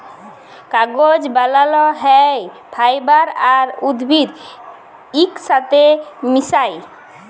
কাগজ বালাল হ্যয় ফাইবার আর উদ্ভিদ ইকসাথে মিশায়